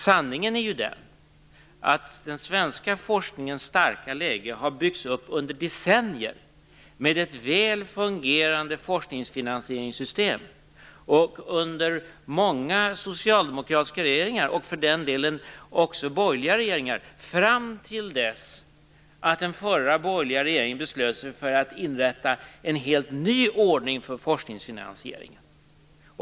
Sanningen är ju att den svenska forskningens starka läge har byggts upp under decennier med ett väl fungerande forskningsfinansieringssystem under många socialdemokratiska regeringar och för den delen också borgerliga regeringar fram till dess att den förra borgerliga regeringen beslöt sig för att inrätta en helt ny ordning för forskningsfinansieringen.